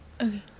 okay